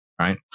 right